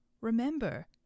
Remember